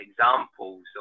examples